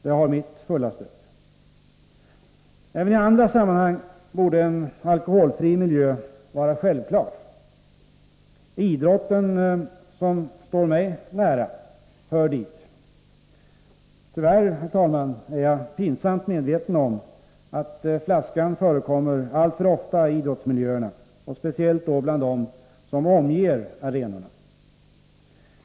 Det har mitt fulla stöd. Även i andra sammanhang borde en alkoholfri miljö vara självklar. Idrotten, som står mig nära, hör dit. Tyvärr, herr talman, är jag pinsamt medveten om att flaskan förekommer alltför ofta i idrottsmiljöerna, speciellt bland dem som omger arenorna.